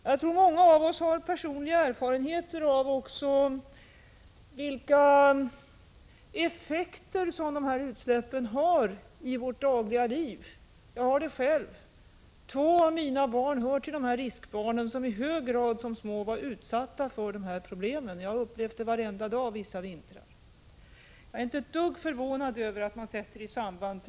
Jag tror att många av oss har personliga erfarenheter av vilka effekter dessa utsläpp har på vårt dagliga liv. Jag har det själv. Två av mina barn hör till de här riskbarnen som när de var små i hög grad var utsatta för dessa problem. Jag har upplevt detta varenda dag vissa vintrar.